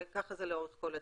וכך זה לאורך כל הדרך.